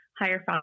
higher